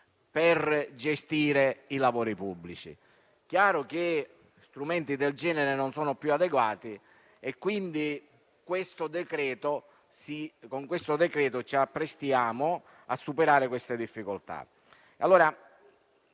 per gestire i lavori pubblici. È chiaro che strumenti del genere non sono più adeguati, quindi con il decreto-legge al nostro esame ci apprestiamo a superare queste difficoltà.